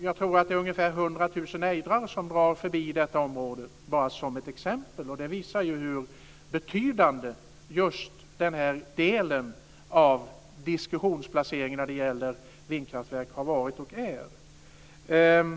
Jag tror att det är ungefär 100 000 ejdrar som drar förbi detta område, bara som ett exempel. Det visar ju hur betydande just diskussionen om vindkraftverksplacering har varit och är.